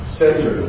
center